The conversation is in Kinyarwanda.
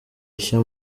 ishya